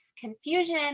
confusion